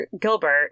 Gilbert